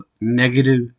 negative